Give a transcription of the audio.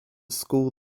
school